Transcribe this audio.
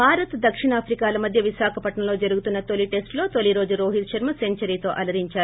భారత్ దక్షిణాఫ్రికాల మధ్య విశాఖపట్నం లో జరుగుతున్న తొలి టెస్టులో తొలి రోజు రోహిత్ శర్మ సెంచరీతో అలరించాడు